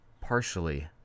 partially